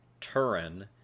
Turin